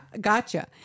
gotcha